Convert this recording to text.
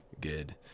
good